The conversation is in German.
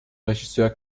regisseur